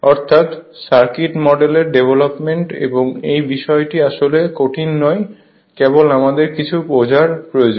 অর্থাৎ সার্কিট মডেলের ডেভলপমেন্ট এবং এই বিষয়টি আসলে কঠিন নয় কেবল আমাদের কিছুটা বোঝার প্রয়োজন